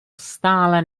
stále